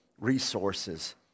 resources